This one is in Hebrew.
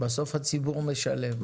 בסוף הציבור משלם.